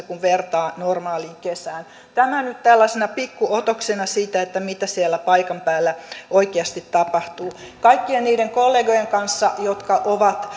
kun vertaa normaaliin kesään tämä nyt tällaisena pikkuotoksena siitä mitä siellä paikan päällä oikeasti tapahtuu kaikkien niiden kollegojen kanssa jotka ovat